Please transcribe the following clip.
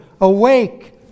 Awake